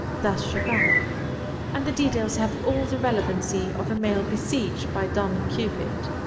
thus chopin and the details have all the relevancy of a male besieged by dan cupid.